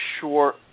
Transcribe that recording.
sure